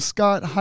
Scott